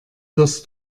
wirst